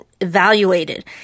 evaluated